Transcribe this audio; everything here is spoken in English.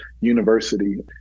university